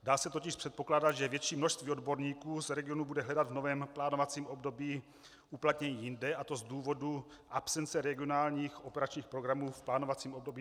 Dá se totiž předpokládat, že větší množství odborníků z regionů bude hledat v novém plánovacím období uplatnění jinde, a to z důvodu absence regionálních operačních programů v plánovacím období 20142020.